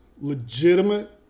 legitimate